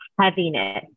heaviness